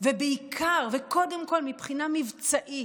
ובעיקר וקודם כול, מבחינה מבצעית.